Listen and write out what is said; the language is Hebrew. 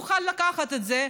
הוא יוכל לקחת את זה,